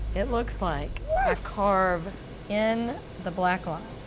it looks like i carve in the black lines,